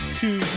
two